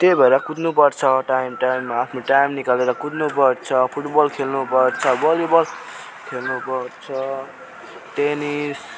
त्यही भएर कुद्नु पर्छ टाइम टाइममा आफ्नो टाइम निकालेर कुद्नु पर्छ फुट बल खेल्नु पर्छ भली बल खेल्नु पर्छ टेनिस